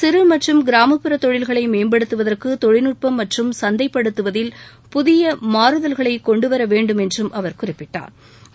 சிறு மற்றும் கிராமப்புற தொழில்களை மேம்படுத்துவதற்கு தொழில்நுட்பம் மற்றும் சந்தைப்படுத்துவதில் புதிய மாறுதல்களைக் கொண்டுவர வேண்டும் என்றும் அவர் குறிப்பிட்டாா்